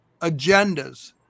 agendas